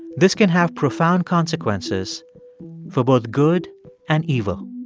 this can have profound consequences for both good and evil